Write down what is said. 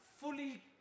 fully